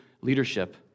leadership